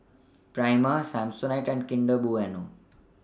Prima Samsonite and Kinder Bueno